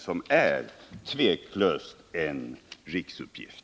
Det gäller tveklöst en riksuppgift.